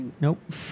Nope